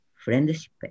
friendship